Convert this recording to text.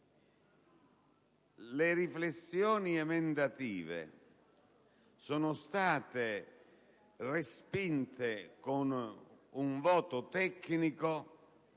le riflessioni emendative sono state respinte con un voto tecnico,